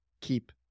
keep